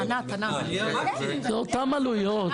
זה אותם עלויות.